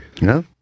No